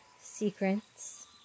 secrets